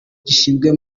gishinzwe